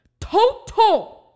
Total